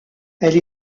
elle